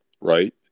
right